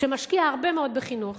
שמשקיע הרבה מאוד בחינוך,